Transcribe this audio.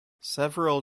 several